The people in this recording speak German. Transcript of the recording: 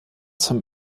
zum